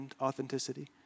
authenticity